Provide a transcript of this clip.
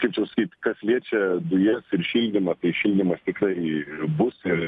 kaip čia pasakyt kas liečia dujas ir šildymą tai šildymas tikrai bus ir